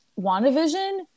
WandaVision